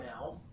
now